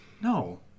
No